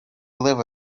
live